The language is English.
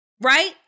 right